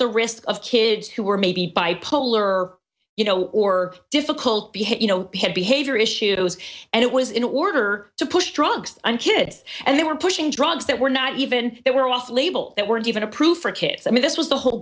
the risk of kids who are maybe bipolar or you know or difficult to hit you know hit behavior issues and it was in order to push drugs on kids and they were pushing drugs that were not even that were off label that weren't even approved for kids i mean this was the whole